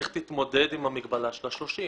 איך תתמודד עם המגבלה של ה-30?